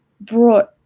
brought